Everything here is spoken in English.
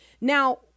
Now